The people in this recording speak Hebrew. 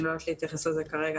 אני לא אוכל להתייחס לזה כרגע.